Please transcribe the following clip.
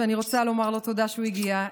ואני רוצה לומר לו תודה על שהוא הסכים להגיע,